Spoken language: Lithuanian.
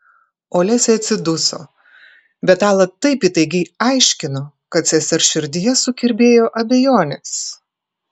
olesia atsiduso bet ala taip įtaigiai aiškino kad sesers širdyje sukirbėjo abejonės